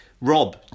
rob